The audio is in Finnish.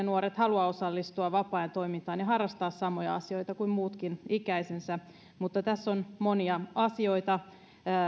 nuoret haluavat osallistua vapaa ajan toimintaan ja harrastaa samoja asioita kuin muutkin ikäisensä mutta tässä on monia asioita